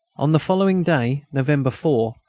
on the following day, november four,